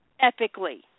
Epically